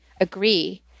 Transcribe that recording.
agree